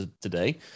today